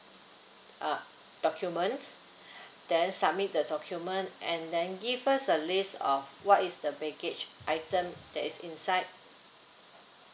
uh document then submit the document and then give us a list of what is the baggage item that is inside